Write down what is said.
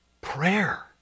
prayer